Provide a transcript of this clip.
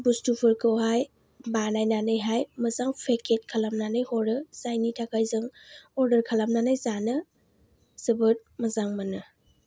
बुस्थुफोरखौहाय बानायनानैहाय मोजां पेकेत खालामनानै हरो जायनि थाखाय जों अर्दार खालामनानै जानो जोबोद मोजां मोनो